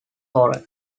horror